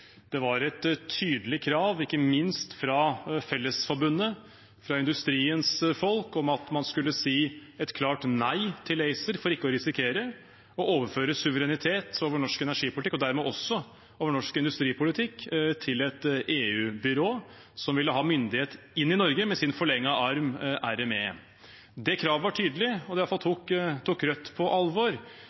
Det var et tydelig krav, ikke minst fra Fellesforbundet, fra industriens folk, om at man skulle si et klart nei til ACER for ikke å risikere å overføre suverenitet over norsk energipolitikk, og dermed også over norsk industripolitikk, til et EU-byrå som ville ha myndighet inn i Norge med sin forlengede arm, RME. Kravet var tydelig, og det tok i hvert fall Rødt på alvor.